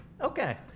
Okay